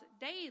daily